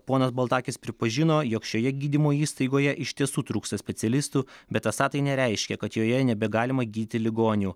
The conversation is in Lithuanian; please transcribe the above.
ponas baltakis pripažino jog šioje gydymo įstaigoje iš tiesų trūksta specialistų bet esą tai nereiškia kad joje nebegalima gydyti ligonių